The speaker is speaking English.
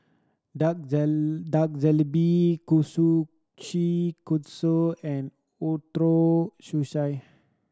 Dak Dak and Ootoro Sushi